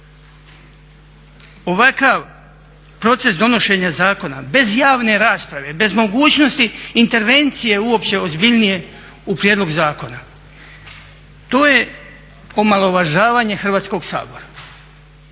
Ovakav proces donošenja zakona bez javne rasprave, bez mogućnosti intervencije uopće ozbiljnije u prijedlog zakona to je omalovažavanje Hrvatskog sabora,